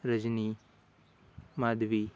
Rajani Madhavi